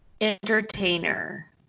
entertainer